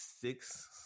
six